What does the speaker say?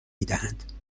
میدهند